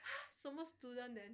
!huh! 什么 student then